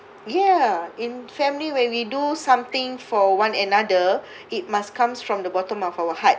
ya in family when we do something for one another it must comes from the bottom of our heart